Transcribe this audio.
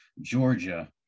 Georgia